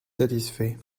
satisfait